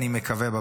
אני מקווה,